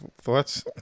thoughts